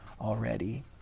already